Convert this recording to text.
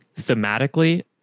thematically